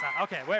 Okay